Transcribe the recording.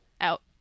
out